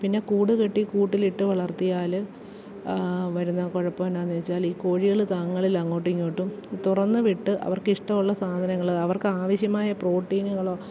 പിന്നെ കൂട് കെട്ടി കൂട്ടിലിട്ട് വളർത്തിയാല് വരുന്ന കുഴപ്പം എന്താണെന്ന് വെച്ചാല് ഈ കോഴികള് തങ്ങളിലങ്ങോട്ടും ഇങ്ങോട്ടും തുറന്ന് വിട്ട് അവർക്കിഷ്ട്ടമുള്ള സാധനങ്ങള് അവർക്കാവശ്യമായ പ്രോട്ടീനുകളോ